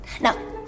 Now